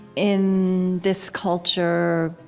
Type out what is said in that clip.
in this culture,